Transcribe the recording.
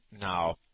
now